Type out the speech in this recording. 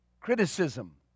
Criticism